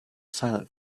silent